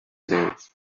greus